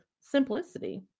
simplicity